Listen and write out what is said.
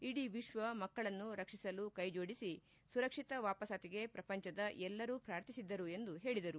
ಇಡೀ ವಿಶ್ವ ಮಕ್ಕಳನ್ನು ರಕ್ಷಿಸಲು ಕೈಜೋಡಿಸಿ ಸುರಕ್ಷಿತ ವಾಪಸಾತಿಗೆ ಪ್ರಪಂಚದ ಎಲ್ಲರೂ ಪ್ರಾರ್ಥಿಸಿದ್ದರು ಎಂದು ಹೇಳಿದರು